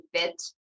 fit